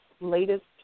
latest